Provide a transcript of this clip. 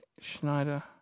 Schneider